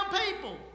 people